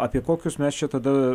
apie kokius mes čia tada